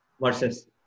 versus